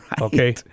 okay